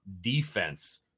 defense